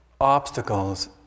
obstacles